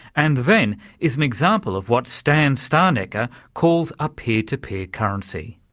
and the ven is an example of what stan stalnaker calls a peer-to-peer currency.